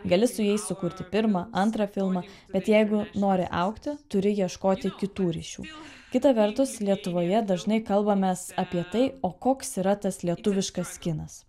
gali su jais sukurti pirmą antrą filmą bet jeigu nori augti turi ieškoti kitų ryšių kita vertus lietuvoje dažnai kalbamės apie tai o koks yra tas lietuviškas kinas